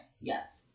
Yes